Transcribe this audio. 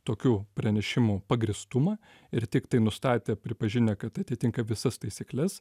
tokių pranešimų pagrįstumą ir tiktai nustatę pripažinę kad atitinka visas taisykles